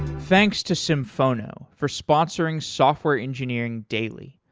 thanks to symphono for sponsoring software engineering daily.